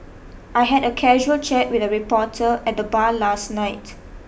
I had a casual chat with a reporter at the bar last night